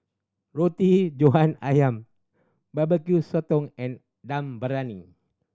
Roti John Ayam Barbecue Sotong and Dum Briyani